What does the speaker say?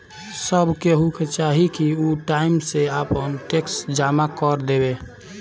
सब केहू के चाही की उ टाइम से आपन टेक्स जमा कर देवे